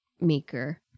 maker